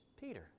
Peter